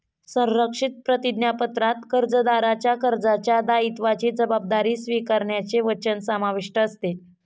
संरक्षित प्रतिज्ञापत्रात कर्जदाराच्या कर्जाच्या दायित्वाची जबाबदारी स्वीकारण्याचे वचन समाविष्ट असते